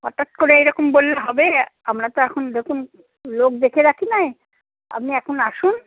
হঠাৎ করে এরকম বললে হবে আমরা তো এখন দেখুন লোক দেখে রাখি নাই আপনি এখন আসুন